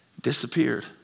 disappeared